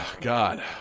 God